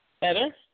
Better